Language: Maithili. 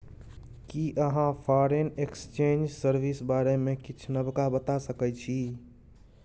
कि अहाँ फॉरेन एक्सचेंज सर्विस बारे मे किछ नबका बता सकै छी